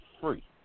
free